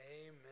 Amen